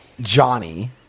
Johnny